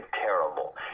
terrible